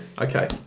Okay